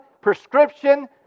prescription